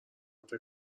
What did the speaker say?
فکر